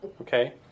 Okay